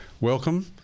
Welcome